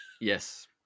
Yes